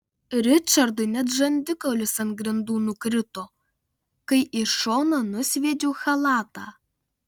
ričardui net žandikaulis ant grindų nukrito kai į šoną nusviedžiau chalatą